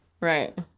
right